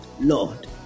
Lord